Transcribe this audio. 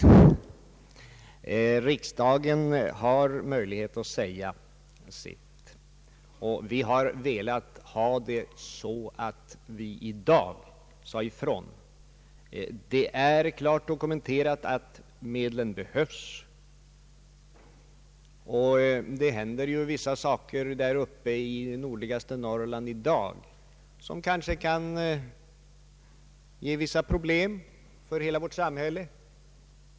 Riksdagen har möjlighet att säga sitt. Vi vill att riksdagen i dag skall säga ifrån. Det är klart dokumenterat att medlen behövs, och det händer ju en del saker i de nordligaste länen för närvarande som kanske kan skapa vissa problem för hela vårt samhälle.